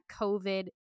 COVID